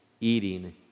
eating